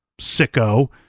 sicko